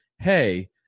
hey